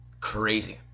Crazy